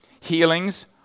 healings